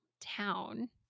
town